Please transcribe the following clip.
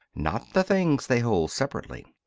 not the things they hold separately.